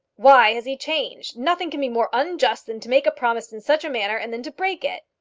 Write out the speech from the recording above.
why has he changed? nothing can be more unjust than to make a promise in such a matter and then to break it.